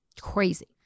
Crazy